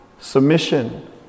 submission